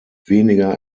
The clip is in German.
weniger